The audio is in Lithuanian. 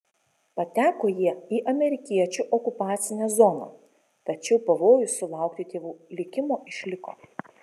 pateko jie į amerikiečių okupacinę zoną tačiau pavojus sulaukti tėvų likimo išliko